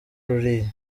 ririya